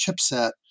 chipset